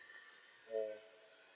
mm